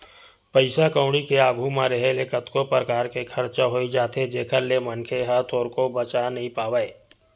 पइसा कउड़ी के आघू म रेहे ले कतको परकार के खरचा होई जाथे जेखर ले मनखे ह थोरको बचा नइ पावय